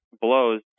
blows